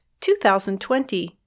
2020